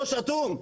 ראש אטום,